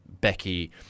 becky